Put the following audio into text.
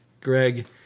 Greg